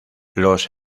los